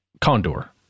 condor